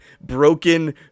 broken